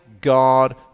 God